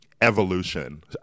evolution